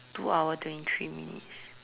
two hour twenty three minutes